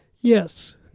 yes